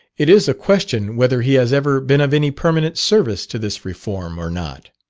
it is a question whether he has ever been of any permanent service to this reform or not.